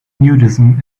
nudism